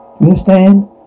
understand